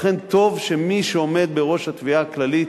לכן, טוב שמי שעומד בראש התביעה הכללית,